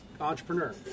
entrepreneur